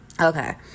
Okay